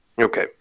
Okay